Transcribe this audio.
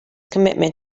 commitment